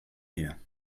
here